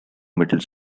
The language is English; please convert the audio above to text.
middle